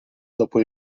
dopo